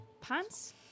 Pants